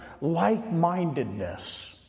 like-mindedness